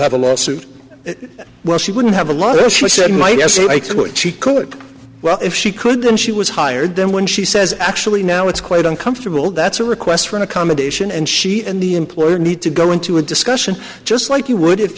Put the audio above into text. have a lawsuit where she wouldn't have a lot of what she could well if she could then she was hired then when she says actually now it's quite uncomfortable that's a request for an accommodation and she and the employer need to go into a discussion just like you would if